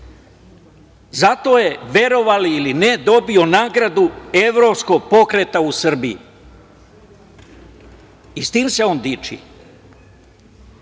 Srba. Zato je, verovali ili ne dobio nagradu Evropskog pokreta u Srbiji i s tim se on diči,